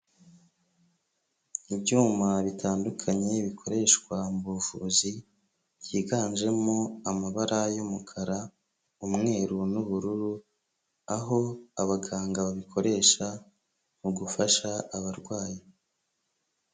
Ibyuma bitandukanye bikoreshwa mu buvuzi, byiganjemo amabara y'umukara, umweru n'ubururu, aho abaganga babikoresha mu gufasha abarwayi.